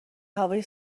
هوای